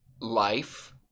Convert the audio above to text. life